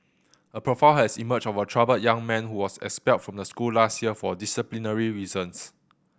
a profile has emerged of a troubled young man who was expelled from the school last year for disciplinary reasons